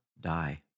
die